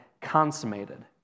consummated